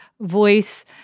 voice